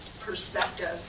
perspective